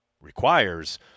requires